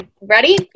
ready